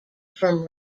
from